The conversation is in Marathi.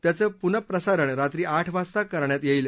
त्याचं पुनःप्रसारण रात्री आठ वाजता करण्यात येईल